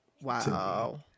Wow